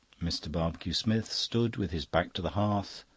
mr. barbecue-smith stood with his back to the hearth,